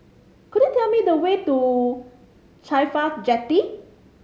could you tell me the way to CAFHI Jetty